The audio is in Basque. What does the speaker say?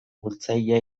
bultzatzaile